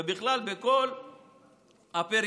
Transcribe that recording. ובכלל בכל הפריפריה,